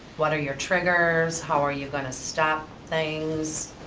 what are your triggers, how are you guna stop things.